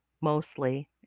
mostly